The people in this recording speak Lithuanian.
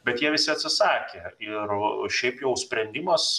bet jie visi atsisakė ir šiaip jau sprendimas